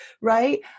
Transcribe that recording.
right